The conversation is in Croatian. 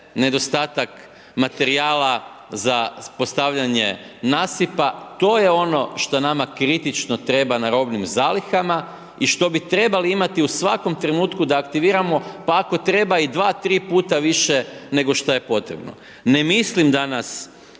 nedostatak materijala za postavljanje nasipa, to je ono što nama kritično treba na robnim zalihama o što bi trebali imati u svakom trenutku da aktiviramo, pa ako treba i dva, tri puta više, nego šta je potrebno, ne mislim da nas